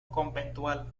conventual